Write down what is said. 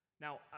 Now